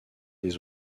des